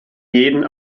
jeden